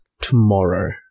tomorrow